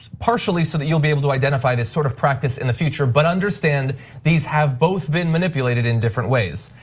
partially so that you'll be able to identify this sort of practice in the future. but understand these have both been manipulated in different ways.